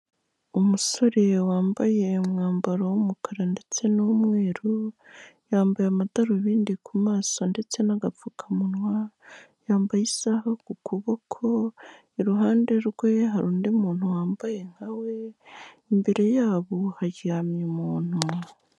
Umusore wambaye umwambaro w'umukara ndetse n'umweru, yambaye amadarubindi ku maso ndetse n'agapfukamunwa, yambaye isaha ku kuboko, iruhande rwe hari undi muntu wambaye nka we, imbere ya bo haryamye umuntu.